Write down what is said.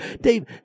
Dave